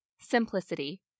Simplicity